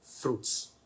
fruits